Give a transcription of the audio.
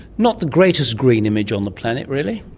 not the greatest green image on the planet really.